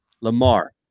Lamar